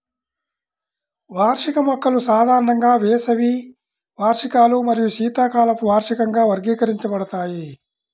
వార్షిక మొక్కలు సాధారణంగా వేసవి వార్షికాలు మరియు శీతాకాలపు వార్షికంగా వర్గీకరించబడతాయి